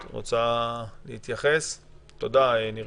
אני מצטרפת לדברים של נירית.